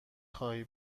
خواهی